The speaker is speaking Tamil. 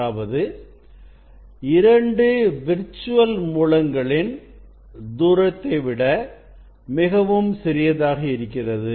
அதாவது 2 விர்ச்சுவல் மூலங்களின் தூரத்தை விட மிகவும் சிறியதாக இருக்கிறது